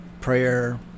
prayer